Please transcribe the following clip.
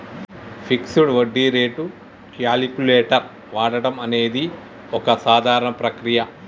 fixed వడ్డీ rate calculator వాడడం అనేది ఒక సాధారణ ప్రక్రియ